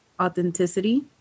Authenticity